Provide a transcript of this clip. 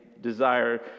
desire